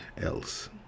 else